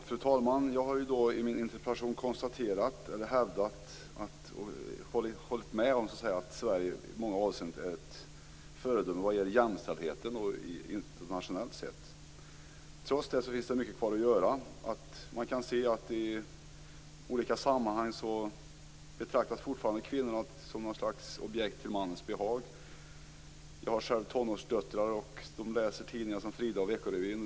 Fru talman! Jag höll i min interpellation med om att Sverige i många avseenden internationellt sett är ett föredöme när det gäller jämställdheten. Trots det finns det mycket kvar att göra. Man kan se att kvinnorna i olika sammanhang fortfarande betraktas som objekt till mannens behag. Jag har själv tonårsdöttrar. De läser tidningar som Frida och Veckorevyn.